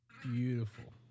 beautiful